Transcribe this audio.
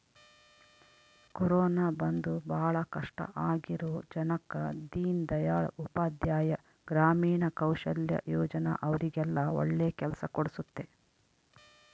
corona ಬಂದು ಭಾಳ ಕಷ್ಟ ಆಗಿರೋ ಜನಕ್ಕ ದೀನ್ ದಯಾಳ್ ಉಪಾಧ್ಯಾಯ ಗ್ರಾಮೀಣ ಕೌಶಲ್ಯ ಯೋಜನಾ ಅವ್ರಿಗೆಲ್ಲ ಒಳ್ಳೆ ಕೆಲ್ಸ ಕೊಡ್ಸುತ್ತೆ